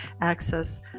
access